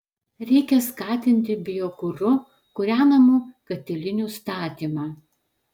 reikia skatinti biokuru kūrenamų katilinių statymą